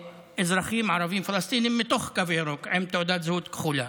לאזרחים ערבים פלסטינים מתוך הקו הירוק עם תעודת זהות כחולה.